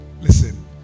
Listen